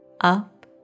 up